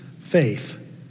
faith